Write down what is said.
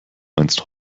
meinst